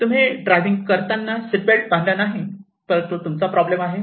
तुम्ही ड्रायव्हिंग करताना seat belt बांधला नाही तर तो तुमचा प्रॉब्लेम आहे